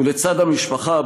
ולצד המשפחה,